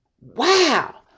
Wow